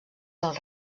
del